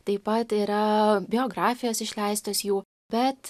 taip pat yra biografijos išleistos jų bet